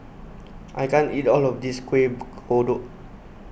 I can't eat all of this Kueh Kodok